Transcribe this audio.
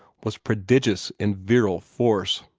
was prodigious in virile force.